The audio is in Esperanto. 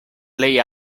plej